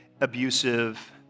abusive